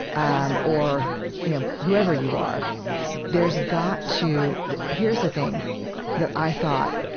um or yeah whoever you are there's got to here's the thing that i thought